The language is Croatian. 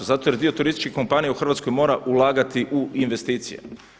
Zato jer dio turističkih kompanija u Hrvatskoj mora ulagati u investicije.